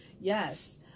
Yes